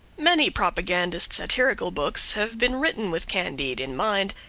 many propagandist satirical books have been written with candide in mind,